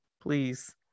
please